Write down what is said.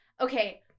okay